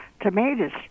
tomatoes